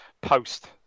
post